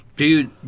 Dude